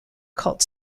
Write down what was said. cult